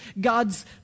God's